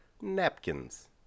napkins